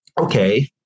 okay